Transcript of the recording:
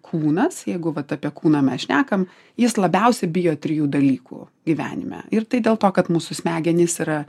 kūnas jeigu vat apie kūną mes šnekam jis labiausiai bijo trijų dalykų gyvenime ir tai dėl to kad mūsų smegenys yra